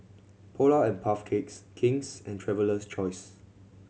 Polar and Puff Cakes King's and Traveler's Choice